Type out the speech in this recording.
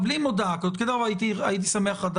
עוד אין ייפוי כוח מתמשך,